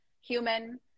human